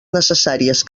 necessàries